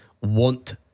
want